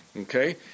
Okay